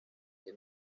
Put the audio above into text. que